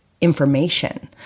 information